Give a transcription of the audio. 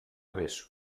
beso